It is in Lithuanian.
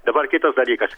dabar kitas dalykas